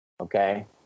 okay